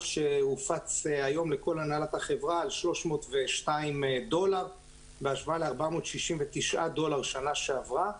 שהופץ היום לכל הנהלת החברה על 302 דולר בהשוואה ל-469 דולר בשנה שעברה.